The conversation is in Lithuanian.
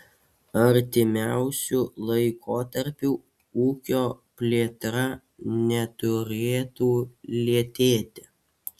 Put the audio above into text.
artimiausiu laikotarpiu ūkio plėtra neturėtų lėtėti